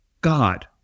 God